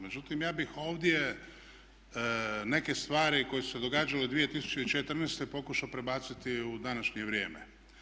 Međutim, ja bih ovdje neke stvari koje su se događale 2014. pokušao prebaciti u današnje vrijeme.